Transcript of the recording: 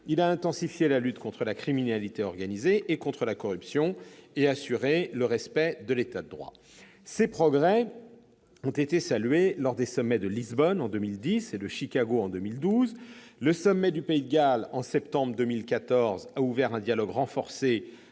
intensifier la lutte contre la criminalité organisée et la corruption et assurer l'État de droit. Ces progrès ont été salués lors des sommets de Lisbonne en 2010 et de Chicago en 2012. Le sommet du Pays de Galles de septembre 2014 a ouvert un dialogue renforcé